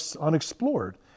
unexplored